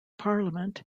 parliament